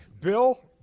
Bill